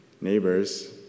neighbors